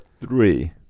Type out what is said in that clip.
three